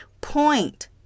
point